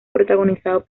protagonizado